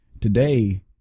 Today